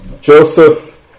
Joseph